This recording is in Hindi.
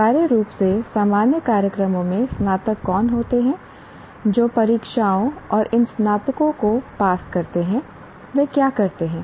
अनिवार्य रूप से सामान्य कार्यक्रमों के स्नातक कौन होते हैं जो परीक्षाओं और इन स्नातकों को पास करते हैं वे क्या करते हैं